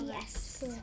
Yes